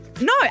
No